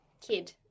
Kid